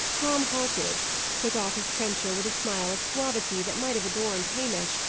tom halted took off his trencher with a smile of suavity that might have adorned hamish,